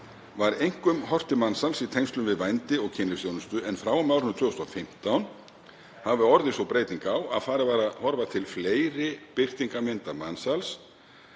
var einkum horft til mansals í tengslum við vændi og kynlífsþjónustu en frá og með árinu 2015 hafi orðið sú breyting á að farið var að horfa til fleiri birtingarmynda mansals